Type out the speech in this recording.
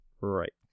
Right